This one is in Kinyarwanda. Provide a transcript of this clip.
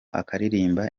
akaririmba